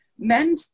Men